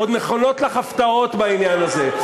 עוד נכונות לך הפתעות בעניין הזה.